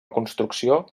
construcció